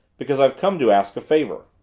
because i've come to ask a favor.